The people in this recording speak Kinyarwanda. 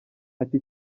ati